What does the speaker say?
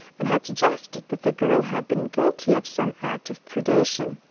and had suggested that the girl had been guilty of some act of predation,